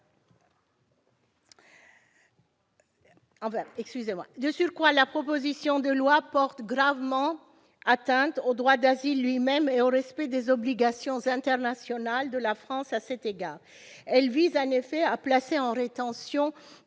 De surcroît, la proposition de loi porte gravement atteinte au droit d'asile lui-même et au respect des obligations internationales de la France à cet égard. Elle vise en effet à placer en rétention